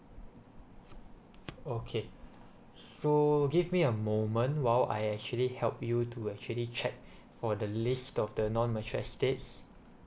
okay so give me a moment while I actually help you to actually check for the list of the non mature estates